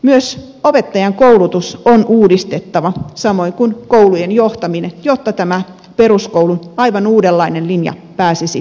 myös opettajankoulutus on uudistettava samoin kuin koulujen johtaminen jotta tämä peruskoulun aivan uudenlainen linja pääsisi valtaan